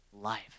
life